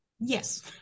Yes